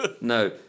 No